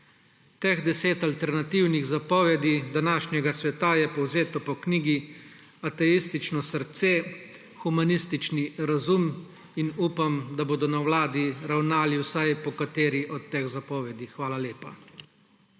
Teh deset alternativnih zapovedi današnjega sveta je povzeto po knjigi Ateistično srce, humanistični razum in upam, da bodo na vladi ravnali vsaj po kateri od teh zapovedi. Hvala lepa.